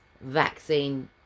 vaccine